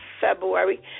February